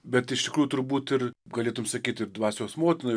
bet iš tikrųjų turbūt ir galėtum sakyt ir dvasios motina